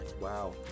Wow